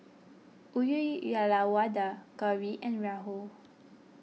Uyyalawada Gauri and Rahul